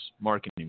Marketing